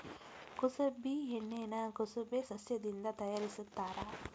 ಕುಸಬಿ ಎಣ್ಣಿನಾ ಕುಸಬೆ ಸಸ್ಯದಿಂದ ತಯಾರಿಸತ್ತಾರ